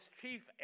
chief